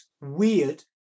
weird